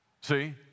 See